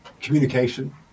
communication